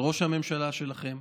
של ראש הממשלה שלכם,